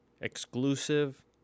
exclusive